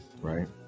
Right